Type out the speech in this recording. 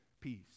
peace